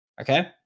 Okay